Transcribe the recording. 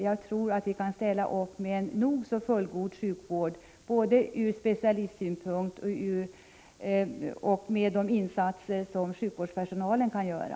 Jag tror att sjukvården där är fullgod både vad gäller 125 specialistbehandling och vad gäller de insatser som sjukvårdspersonalen kan göra.